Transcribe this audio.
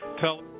tell